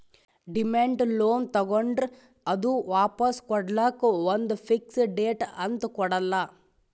demand loan ತಗೋಂಡ್ರ್ ಅದು ವಾಪಾಸ್ ಕೊಡ್ಲಕ್ಕ್ ಒಂದ್ ಫಿಕ್ಸ್ ಡೇಟ್ ಅಂತ್ ಕೊಡಲ್ಲ